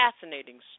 fascinating